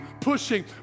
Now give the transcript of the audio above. pushing